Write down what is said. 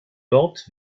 dort